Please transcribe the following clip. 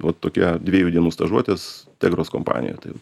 va tokia dviejų dienų stažuotės tegros kompanijoj tai